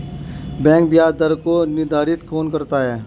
Bank ब्याज दर को निर्धारित कौन करता है?